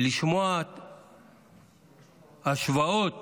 ולשמוע השוואות